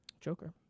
Joker